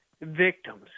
victims